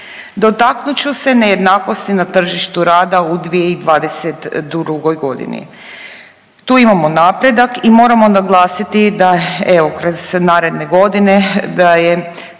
Dotaknut ću se nejednakosti na tržištu rada u 2022.g.. Tu imamo napredak i moramo naglasiti da evo kroz naredne godine da je,